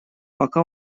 пока